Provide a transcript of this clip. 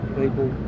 people